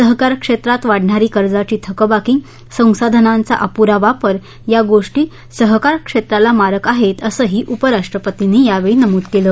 सहकार क्षेत्रात वाढणारी कर्जाची थकबाकी संसाधनाचा अपुरा वापर या गोष्टी सहकार क्षेत्राला मारक आहेत असंही उपराष्ट्रपतींनी यावेळी नमूद केलं